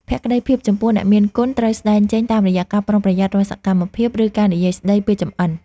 ភក្តីភាពចំពោះអ្នកមានគុណត្រូវស្តែងចេញតាមរយៈការប្រុងប្រយ័ត្នរាល់សកម្មភាព ឬការនិយាយស្តីពេលចម្អិន។